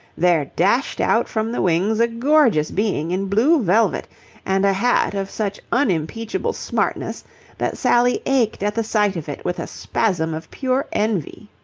there dashed out from the wings a gorgeous being in blue velvet and a hat of such unimpeachable smartness that sally ached at the sight of it with a spasm of pure envy.